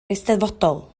eisteddfodol